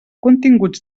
continguts